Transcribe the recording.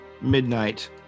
midnight